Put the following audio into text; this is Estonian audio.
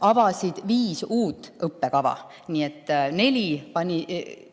avasid viis uut õppekava. Nii et neli panid